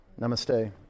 namaste